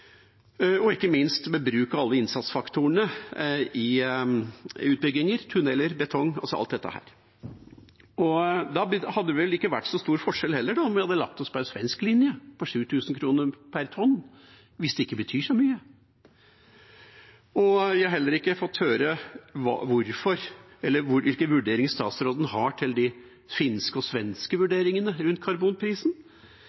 og ikke minst med bruk av alle innsatsfaktorene i utbygginger – tunneler, betong, alt dette. Da hadde det vel heller ikke vært så stor forskjell om vi hadde lagt oss på en svensk linje på 7 000 kr per tonn, hvis det ikke betyr så mye. Jeg har heller ikke fått høre hvilke vurderinger statsråden har av de finske og svenske